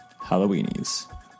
Halloweenies